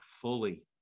fully